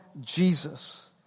Jesus